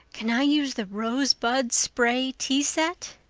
can i use the rosebud spray tea set?